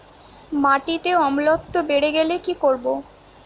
মাটিতে অম্লত্ব বেড়েগেলে কি করব?